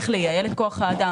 איך לייעל את כוח האדם,